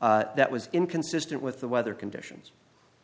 sweatshirt that was inconsistent with the weather conditions